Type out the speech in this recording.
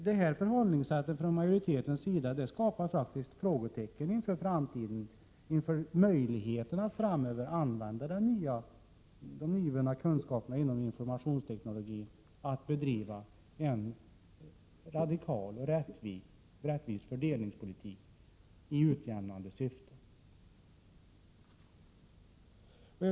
Detta förhållningssätt från majoritetens sida skapar frågetecken inför framtiden när det gäller möjligheterna att använda de nyvunna kunskaperna inom informationsteknologin för att bedriva en radikal och rättvis fördelningspolitik i utjämnande syfte.